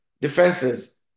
defenses